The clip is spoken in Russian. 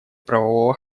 правового